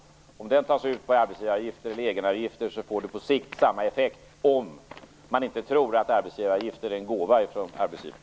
Oavsett om de tas ut på arbetsgivaravgifter eller egenavgifter får det på sikt samma effekt, om man inte tror att arbetsgivaravgifter är en gåva från arbetsgivaren.